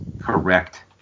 Correct